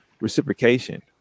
reciprocation